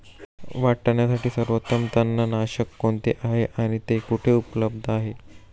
वाटाण्यासाठी सर्वोत्तम तणनाशक कोणते आहे आणि ते कुठे उपलब्ध आहे?